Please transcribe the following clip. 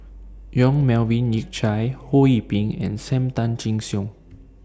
Yong Melvin Yik Chye Ho Yee Ping and SAM Tan Chin Siong